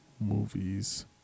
movies